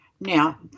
Now